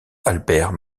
albert